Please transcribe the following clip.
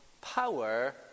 power